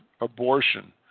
abortion